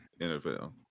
NFL